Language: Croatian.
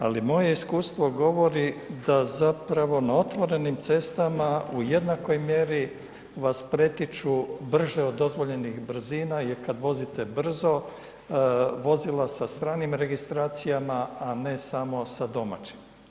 Ali, moje iskustvo govori da zapravo na otvorenim cestama u jednakoj mjeri vas pretiču brže od dozvoljenih brzina jer kad vozite brzo, vozila sa stranim registracijama, a ne samo sa domaćim.